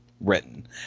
written